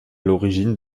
l’origine